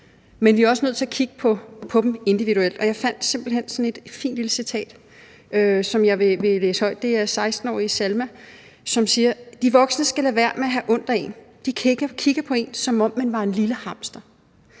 Men vi er også nødt til at kigge på dem individuelt. Jeg fandt simpelt hen sådan et fint lille citat, som jeg vil læse højt. Det er 16-årige Salma, som siger: De voksne skal lade være med at have ondt af en. De kigger på en, som om man var en lille hamster.